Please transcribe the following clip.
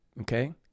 okay